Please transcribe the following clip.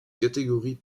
catégorie